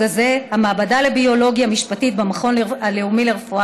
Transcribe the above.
הזה: המעבדה לביולוגיה משפטית במכון הלאומי לרפואה